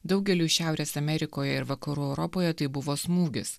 daugeliui šiaurės amerikoje ir vakarų europoje tai buvo smūgis